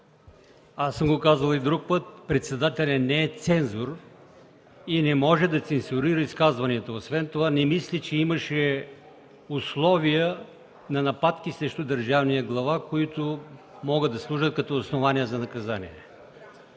съм го и друг път, председателят не е цензур и не може да цензурира изказванията. Освен това не мисля, че имаше условия на нападки срещу държавния глава, които могат да служат като основание за наказание.